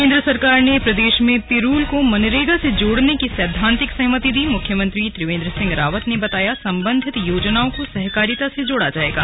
केंद्र सरकार ने प्रदेश में पिरूल को मनरेगा से जोड़ने की सैद्धांतिक सहमति दीमुख्यमंत्री त्रिवेंद्र सिंह रावत ने बताया संबंधित योजनाओं को सहकारिता से जोड़ा जाएगा